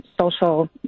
social